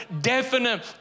definite